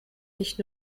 nicht